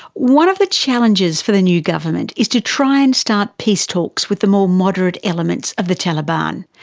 one of the challenges for the new government is to try and start peace talks with the more moderate elements of the taliban.